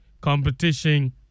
competition